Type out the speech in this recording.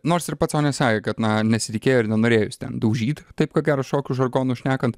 nors ir pats sau nesakė kad na nesitikėjo ir nenorėjo jis ten daužyti kad taip ko gero šokio žargonu šnekant